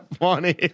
funny